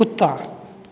कुत्ता